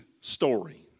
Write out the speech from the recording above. story